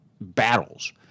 battles